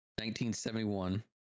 1971